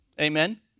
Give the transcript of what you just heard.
Amen